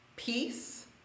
Peace